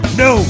no